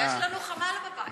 יש לנו חמ"ל בבית.